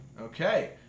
Okay